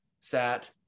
sat